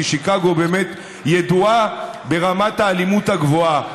כי שיקגו באמת ידועה ברמת האלימות הגבוהה.